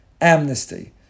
amnesty